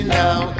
now